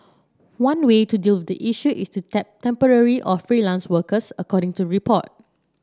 one way to deal with the issue is to tap temporary or freelance workers according to report